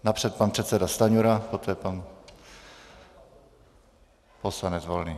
Napřed pan předseda Stanjura, poté pan poslanec Volný.